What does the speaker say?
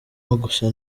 gusa